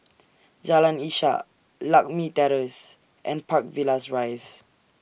Jalan Ishak Lakme Terrace and Park Villas Rise